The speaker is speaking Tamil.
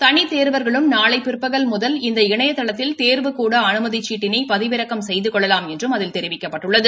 தனித் தோ்வா்களும் நாளை பிற்பகல் முதல் இந்த இணையதளத்தில் தோ்வுகூட அனுமதி சீட்டிளை பதிவிறக்கம் செய்து கொள்ளலாம் என்றும் அதில் தெரிவிக்கப்பட்டுள்ளது